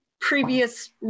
previous